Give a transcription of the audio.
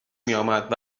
میآمد